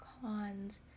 cons